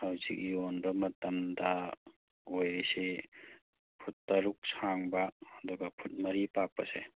ꯑꯥ ꯁꯤꯒꯤ ꯌꯣꯟꯕ ꯃꯇꯝꯗ ꯑꯣꯏꯔꯤꯁꯤ ꯐꯨꯠ ꯇꯔꯨꯛ ꯁꯥꯡꯕ ꯑꯗꯨꯒ ꯐꯨꯠ ꯃꯔꯤ ꯄꯥꯛꯄꯁꯦ